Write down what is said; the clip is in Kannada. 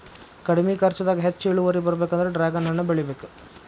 ಕಡ್ಮಿ ಕರ್ಚದಾಗ ಹೆಚ್ಚ ಇಳುವರಿ ಬರ್ಬೇಕಂದ್ರ ಡ್ರ್ಯಾಗನ್ ಹಣ್ಣ ಬೆಳಿಬೇಕ